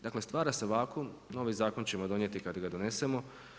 Dakle stvara se vakumm, novi zakon ćemo donijeti kada ga donesemo.